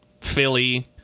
Philly